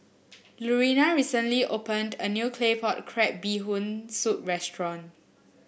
Lurena recently opened a new Claypot Crab Bee Hoon Soup restaurant